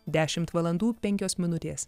dešimt valandų penkios minutės